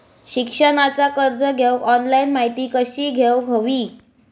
शिक्षणाचा कर्ज घेऊक ऑनलाइन माहिती कशी घेऊक हवी?